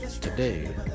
today